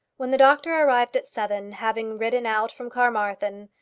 when the doctor arrived at seven, having ridden out from carmarthen,